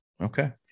okay